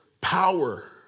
power